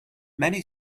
many